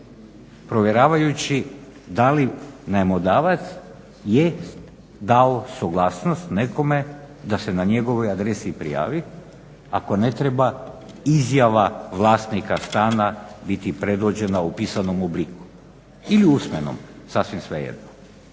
provjeravajući da li najmodavac je dao suglasnost nekome da se na njegovoj adresi prijavi ako ne treba izjava vlasnika stana biti predočena u pisanom obliku ili usmenom sasvim svejedno.